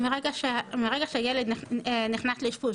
מרגע שהילד נכנס לאשפוז,